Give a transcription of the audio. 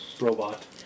Robot